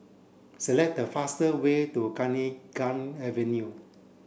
select the fastest way to Avenue